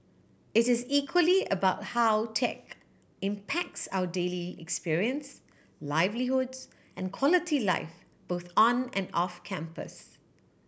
it is equally about how tech impacts our daily experience livelihoods and quality life both on and off campus